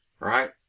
right